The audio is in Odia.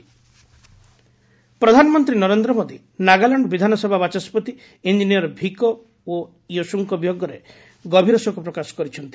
ପିଏମ୍ ନାଗାଲାଣ୍ଡ ସ୍ୱିକର ପ୍ରଧାନମନ୍ତ୍ରୀ ନରେନ୍ଦ୍ର ମୋଦୀ ନାଗାଲାଣ୍ଡ ବିଧାନସଭା ବାଚସ୍କତି ଇଞ୍ଜିନିୟର ଭିକୋ ଓ ୟୋଶୁଙ୍କ ବିୟୋଗରେ ଗଭୀର ଶୋକ ପ୍ରକାଶ କରିଛନ୍ତି